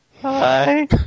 Hi